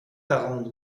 quarante